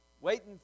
waiting